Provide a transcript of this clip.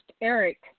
Eric